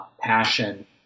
passion